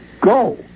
Go